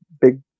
Big